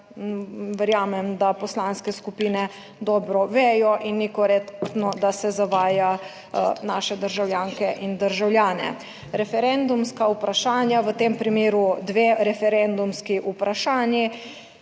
verjamem, da poslanske skupine dobro vejo in ni korektno, da se zavaja naše državljanke in državljane. Referendumska vprašanja, v tem primeru dve referendumski vprašanji